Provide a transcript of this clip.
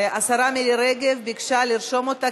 השרה מירי רגב ביקשה לרשום אותה,